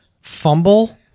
fumble